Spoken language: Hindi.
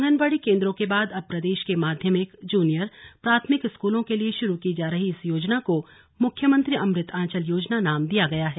आंगनबाड़ी केंद्रों के बाद अब प्रदेश के माध्यमिक जूनियर प्राथमिक स्कूलों के लिए शुरू की जा रही इस योजना को मुख्यमंत्री अमृत आंचल योजना नाम दिया गया है